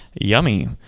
yummy